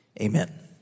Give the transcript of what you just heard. amen